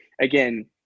again